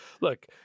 look